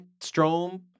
Strom